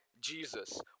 Jesus